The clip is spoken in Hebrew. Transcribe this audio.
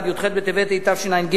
ועד י"ח בטבת התשע"ג,